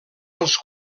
els